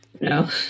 No